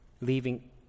leaving